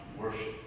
worship